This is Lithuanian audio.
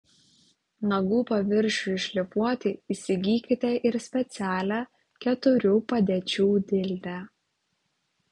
nagų paviršiui šlifuoti įsigykite ir specialią keturių padėčių dildę